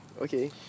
Okay